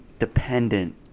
dependent